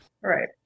Right